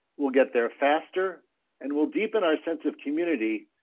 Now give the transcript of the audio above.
we'll get their faster and we'll deepen our sense of community.